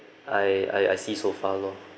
I I I see so far lor